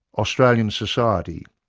australian society,